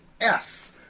S-